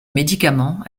médicament